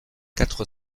quatre